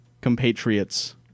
compatriots